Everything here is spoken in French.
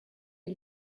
est